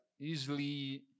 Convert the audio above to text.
easily